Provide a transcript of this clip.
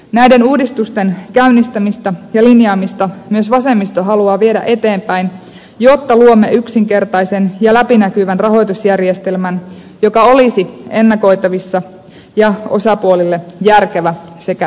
näiden uudistusten käynnistämistä ja linjaamista myös vasemmisto haluaa viedä eteenpäin jotta luomme yksinkertaisen ja läpinäkyvän rahoitusjärjestelmän joka olisi ennakoitavissa ja osapuolille järkevä sekä edullinen